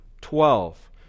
Twelve